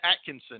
Atkinson